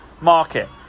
market